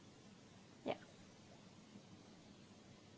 ya